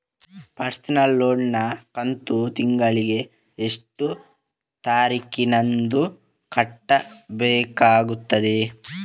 Personal loan ನ ಕಂತು ತಿಂಗಳ ಎಷ್ಟೇ ತಾರೀಕಿನಂದು ಕಟ್ಟಬೇಕಾಗುತ್ತದೆ?